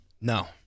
No